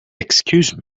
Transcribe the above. excuse